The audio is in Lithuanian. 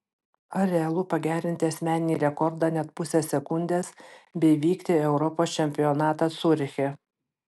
ar realu pagerinti asmeninį rekordą net pusę sekundės bei vykti į europos čempionatą ciuriche